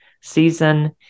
season